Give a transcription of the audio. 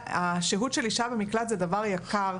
השהות של אישה במקלט זה דבר יקר.